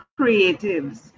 creatives